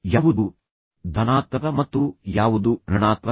ಯಾವುದು ಧನಾತ್ಮಕ ಮತ್ತು ಯಾವುದು ಋಣಾತ್ಮಕ